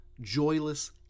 joyless